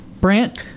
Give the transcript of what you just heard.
Brant